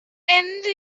ende